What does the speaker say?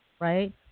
right